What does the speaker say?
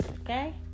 okay